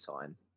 time